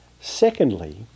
Secondly